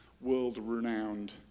world-renowned